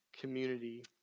community